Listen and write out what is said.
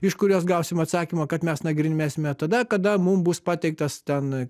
iš kurios gausim atsakymą kad mes nagrinėsime tada kada mum bus pateiktas ten